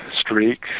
streak